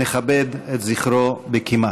נכבד את זכרו בקימה.